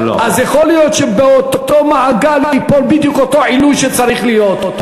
אז יכול להיות שבאותו מעגל ייפול בדיוק אותו עילוי שצריך להיות.